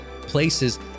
places